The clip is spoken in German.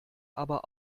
aber